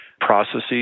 processes